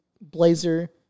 blazer